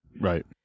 right